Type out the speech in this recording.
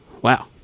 wow